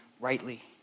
rightly